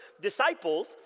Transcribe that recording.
disciples